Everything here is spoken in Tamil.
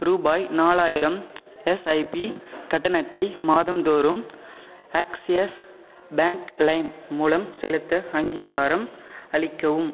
ரூபாய் நாலாயிரம் எஸ்ஐபி கட்டணத்தை மாதந்தோறும் ஆக்ஸிஸ் பேங்க் லைம் மூலம் செலுத்த அங்கீகாரம் அளிக்கவும்